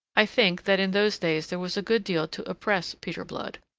i think that in those days there was a good deal to oppress peter blood.